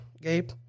Gabe